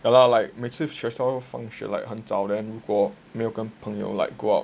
ya lah like 学校很早放学很早 like 没有跟朋友 like go out